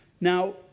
Now